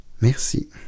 Merci